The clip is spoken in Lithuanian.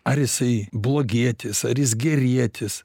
ar jisai blogietis ar jis gerietis